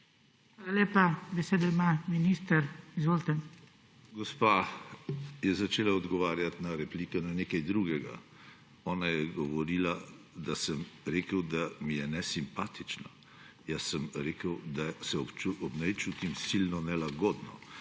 Hvala lepa. Besedo ima minister. Izvolite. **DR. VASKO SIMONITI:** Gospa je začela odgovarjati na replike na nekaj drugega. Ona je govorila, da sem rekel, da mi je nesimpatična; jaz sem rekel, da se ob njej počutim silno nelagodno.